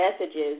messages